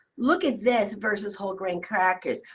look at this versus whole grain crackers.